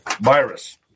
virus